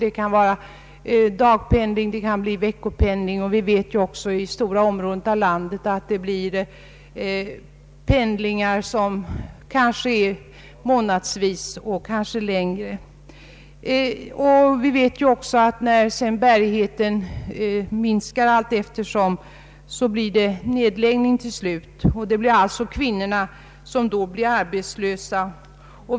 Det kan vara dagpendling eller veckopendling, och vi vet också att det inom stora delar av landet kan bli månadspendlingar eller för längre tid. Vi vet också att allteftersom bärigheten minskar blir det till slut fråga om nedläggning. Kvinnorna blir då arbetslösa.